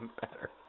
better